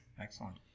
excellent